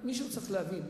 מישהו צריך להבין.